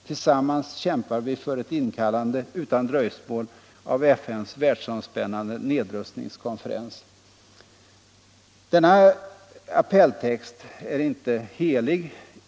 Tillsammans kämpar vi för ett inkallande utan dröjsmål av FN:s världsomspännande nedrustningskonferens.” Appellens text är inte helig.